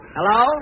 Hello